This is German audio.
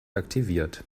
aktiviert